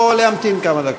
או להמתין כמה דקות.